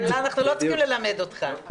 הצבעה בעד 8 נגד 5